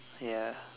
ya